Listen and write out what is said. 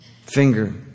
finger